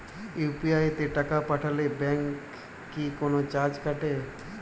UPI তে টাকা পাঠালে ব্যাংক কি কোনো চার্জ কাটে?